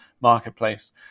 marketplace